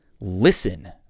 listen